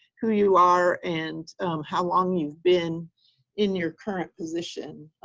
who you are, and how long you've been in your current position,